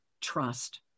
trust